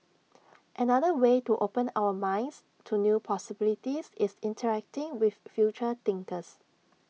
another way to open our minds to new possibilities is interacting with future thinkers